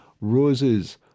Roses